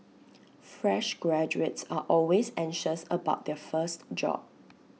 fresh graduates are always anxious about their first job